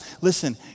Listen